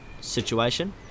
situation